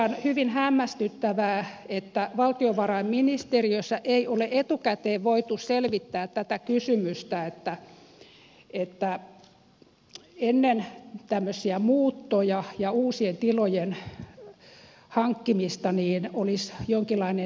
on hyvin hämmästyttävää että valtiovarainministeriössä ei ole etukäteen voitu selvittää tätä kysymystä niin että ennen tämmöisiä muuttoja ja uusien tilojen hankkimista olisi jonkinlainen strategia